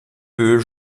peut